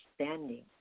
understanding